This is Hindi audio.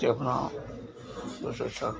कि अपना